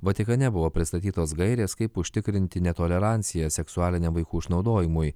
vatikane buvo pristatytos gairės kaip užtikrinti netoleranciją seksualiniam vaikų išnaudojimui